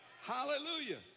Hallelujah